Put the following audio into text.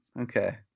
Okay